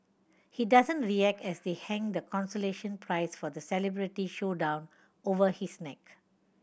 he doesn't react as they hang the consolation prize for the celebrity showdown over his neck